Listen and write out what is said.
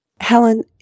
Helen